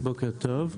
בוקר טוב.